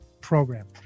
program